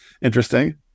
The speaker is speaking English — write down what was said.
interesting